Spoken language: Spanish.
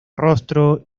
rostro